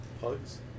Pugs